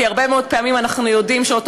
כי הרבה מאוד פעמים אנחנו יודעים שאותו